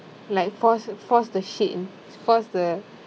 like force force the shit in force the